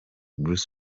bruce